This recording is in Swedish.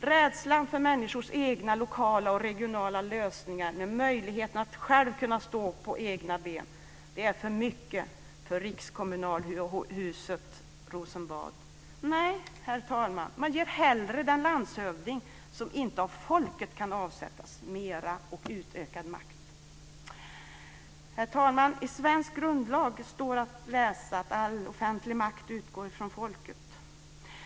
Rädslan för människors egna lokala och regionala lösningar, med möjligheten att själva kunna stå på egna ben, är för mycket för rikskommunalhuset Nej, herr talman, man ger hellre den landshövding som inte av folket kan avsättas mera och utökad makt. Herr talman! I svensk grundlag står att läsa att all offentlig makt utgår från folket.